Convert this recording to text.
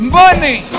money